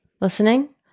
listening